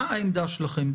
מה העמדה שלכם?